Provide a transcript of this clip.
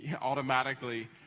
automatically